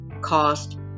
cost